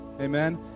Amen